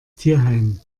tierheim